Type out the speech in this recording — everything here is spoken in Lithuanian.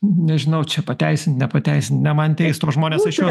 nežinau čia pateisint nepateisint ne man teist tuos žmones aš juos